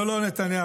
לא, לא, נתניהו.